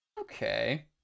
Okay